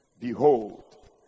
Behold